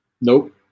Nope